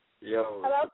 Hello